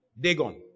Dagon